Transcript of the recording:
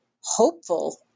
hopeful